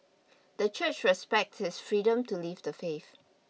the Church respects his freedom to leave the faith